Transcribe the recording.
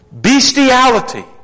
Bestiality